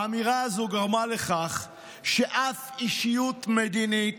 האמירה הזו גרמה לכך שאף אישיות מדינית